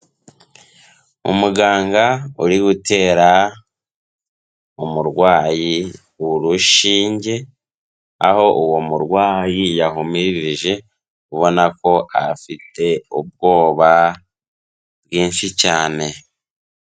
Umuganga uri gutera umurwayi urushinge, aho uwo murwayi yahumirije ubona ko afite ubwoba bwinshi cyane.